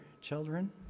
children